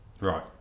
right